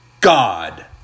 God